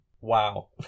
Wow